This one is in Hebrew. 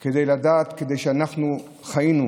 כי אנחנו חיינו